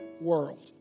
world